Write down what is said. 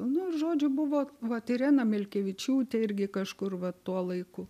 nu žodžiu buvo vat irena milkevičiūtė irgi kažkur va tuo laiku